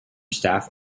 staff